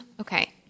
okay